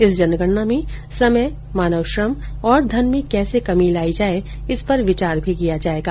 इस जनगणना में समय मानव श्रम और घन में कैसे कमी लाई जाए इस पर विचार भी किया जायेगा